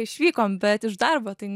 išvykom bet iš darbo tai